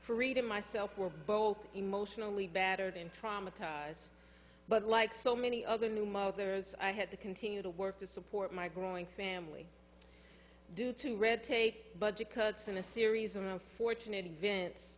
freedom myself were both emotionally battered and traumatized but like so many other new mothers i had to continue to work to support my growing family due to red tape budget cuts and a series of unfortunate events